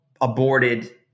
aborted